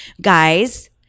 Guys